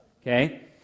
okay